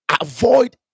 avoid